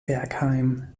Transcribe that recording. bergheim